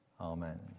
Amen